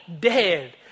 dead